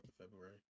February